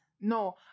No